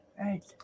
Right